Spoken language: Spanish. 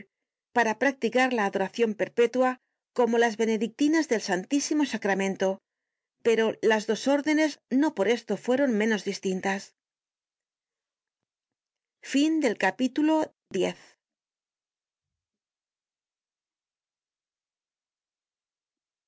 para practicar la adoracion perpetua como las benedictinas del santísimo sacramento pero las dos órdenes no por esto fueron menos distintas